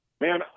Man